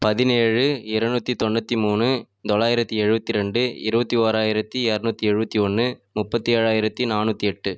பதினேழு இரநூற்றி தொண்ணூத்தி மூணு தொள்ளாயிரத்தி எழுபத்தி ரெண்டு இருபத்தி ஓராயிரத்தி எரநூற்றி எழுபத்தி ஒன்று முப்பத்தி ஏழாயிரத்தி நானூற்றி எட்டு